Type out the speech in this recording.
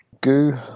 Goo